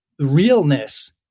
realness